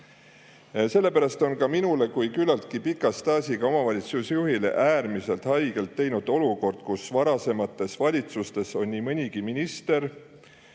Sellepärast on ka minule kui küllaltki pika staažiga omavalitsusjuhile äärmiselt haiget teinud olukord, kus varasemates valitsustes on nii mõnigi minister